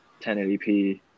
1080p